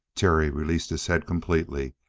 terry released his head completely,